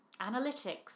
analytics